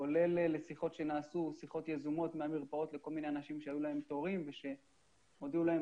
כולל לשיחות יזומות מהמרפאות לכל מיני אנשים שהיו להם תורים והודיעו להם